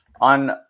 on